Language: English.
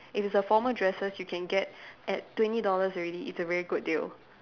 if it's a formal dresses you can get at twenty dollars already is a very good deal